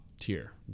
tier